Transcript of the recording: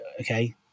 okay